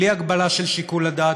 בלי הגבלה של שיקול הדעת,